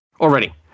Already